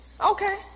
Okay